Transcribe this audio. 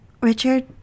Richard